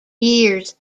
years